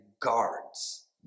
guards